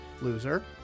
loser